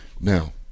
Now